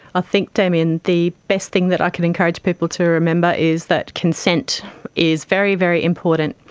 ah think, damien, the best thing that i can encourage people to remember is that consent is very, very important.